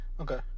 Okay